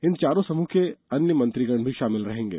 इन चारों समूहों में अन्य मंत्रीगण भी शामिल होंगे